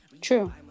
True